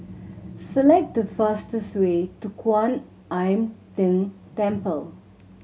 select the fastest way to Kwan Im Tng Temple